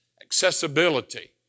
accessibility